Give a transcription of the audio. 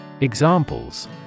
Examples